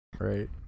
right